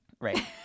Right